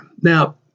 Now